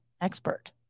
expert